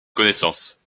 connaissances